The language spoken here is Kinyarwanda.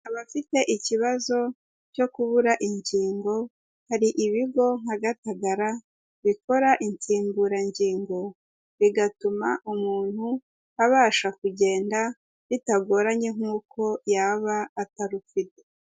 Abafite ikibazo cyo kubura ingingo hari ibigo nka Gatagara bikora insimburangingo bigatuma umuntu abasha kugenda bitagoranye nk'uko yaba atarufite.